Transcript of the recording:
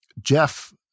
Jeff